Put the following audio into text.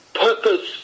purpose